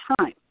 time